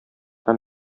һәм